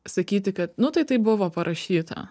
sakyti kad nu tai taip buvo parašyta